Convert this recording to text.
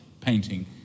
painting